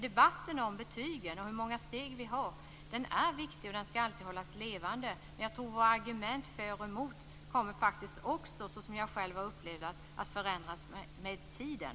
Debatten om betygen och hur många steg vi skall ha är viktig och skall alltid hållas levande. Jag tror att argumenten för och emot kommer, så som jag upplever det, att förändras med tiden.